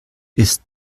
ist